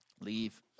Leave